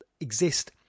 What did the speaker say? exist